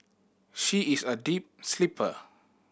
she is a deep sleeper